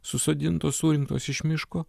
susodintos surinktos iš miško